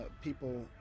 people